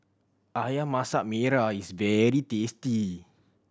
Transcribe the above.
Ayam Masak Merah is very tasty